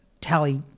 Tally